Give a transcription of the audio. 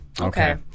Okay